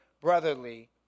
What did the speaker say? brotherly